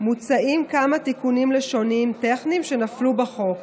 מוצעים כמה תיקונים לשוניים טכניים שנפלו בחוק: